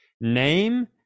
name